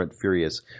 furious